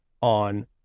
on